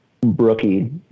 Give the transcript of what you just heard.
brookie